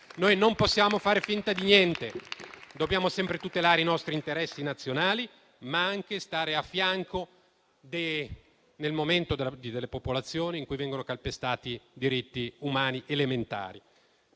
Non possiamo fare finta di niente. Dobbiamo sempre tutelare i nostri interessi nazionali, ma anche stare a fianco delle popolazioni nel momento in cui vengono calpestati diritti umani elementari.